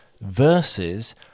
versus